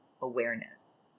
awareness